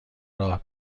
راه